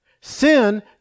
Sin